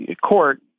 court